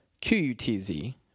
Q-U-T-Z